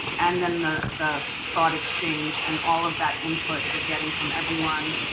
and then the the thought exchange and all of that input we're getting from everyone,